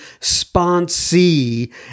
sponsee